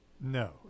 No